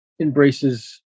embraces